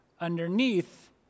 underneath